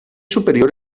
superior